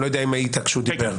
אני לא יודע אם היית כשהוא דיבר.